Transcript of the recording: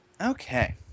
Okay